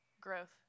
growth